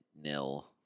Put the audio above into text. nil